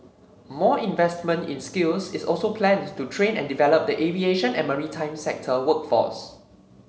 more investment in skills is also planned to train and develop the aviation and maritime sector workforce